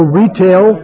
retail